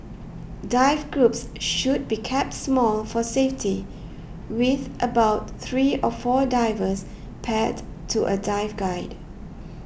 dive groups should be kept small for safety with about three or four divers paired to a dive guide